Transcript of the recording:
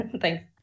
Thanks